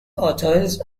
authors